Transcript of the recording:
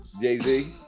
Jay-Z